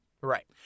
Right